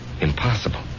impossible